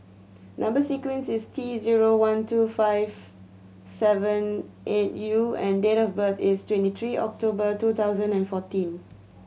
number sequence is T zero one two five seven eight U and date of birth is twenty three October two thousand and fourteen